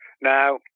Now